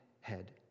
head